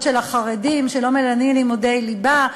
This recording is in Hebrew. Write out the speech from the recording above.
של החרדים שלא מלמדים לימודי ליבה,